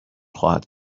خواهد